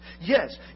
Yes